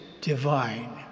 divine